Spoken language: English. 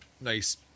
nice